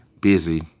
busy